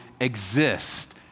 exist